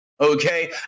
okay